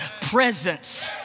presence